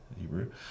Hebrew